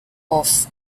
off